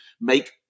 make